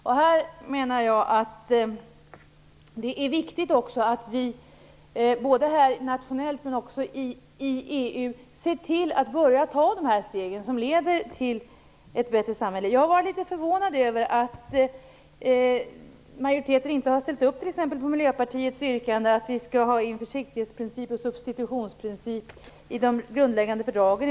Jag menar att det är viktigt att vi - både nationellt och i EU - börjar ta de steg som leder till ett bättre samhälle. Jag har varit litet förvånad över att majoriteten t.ex. inte har ställt upp på Miljöpartiets yrkande att vi skall ha in försiktighetsprincipen och substitutionsprincipen i de grundläggande fördragen.